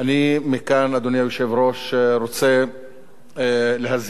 מכאן, אדוני היושב-ראש, אני רוצה להזהיר